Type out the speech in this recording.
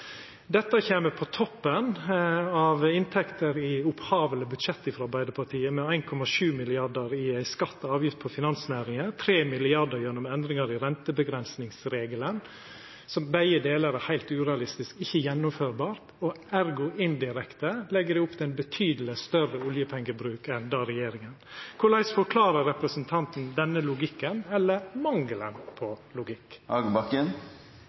Dette kjem på toppen av inntekter i opphavleg budsjett frå Arbeidarpartiet, med 1,7 mrd. kr i skatt og avgift på finansnæringa og 3 mrd. kr gjennom endringar i renteavgrensingsregelen, som, begge delar, er heilt urealistisk og ikkje gjennomførbart. Ergo legg dei indirekte opp til ein betydeleg større oljepengebruk enn regjeringa. Korleis forklarer representanten denne logikken – eller mangelen på